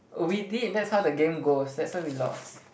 oh we did that's how the game goes that's why we lost